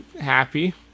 happy